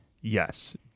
yes